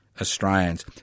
Australians